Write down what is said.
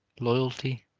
loyalty,